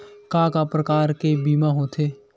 का का प्रकार के बीमा होथे?